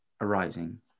arising